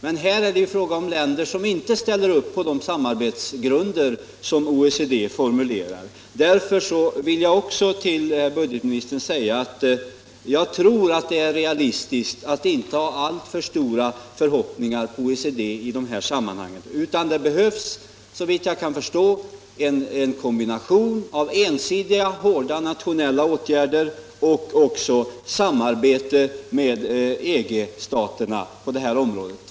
Men här är det fråga om länder som inte ställer upp på de samarbetsgrunder som OECD formulerar. Därför vill jag också säga till budgetministern att jag tror att det är realistiskt att inte ha alltför stora förhoppningar på OECD i det här sammanhanget. Det behövs såvitt jag kan förstå en kombination av ensidiga hårda nationella åtgärder och samarbete med EG-staterna på detta område.